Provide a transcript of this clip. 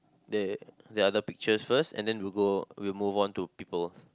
they're they're the pictures first and then we'll go we'll move on to people